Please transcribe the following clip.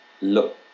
look